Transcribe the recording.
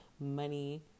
Money